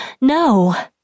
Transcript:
no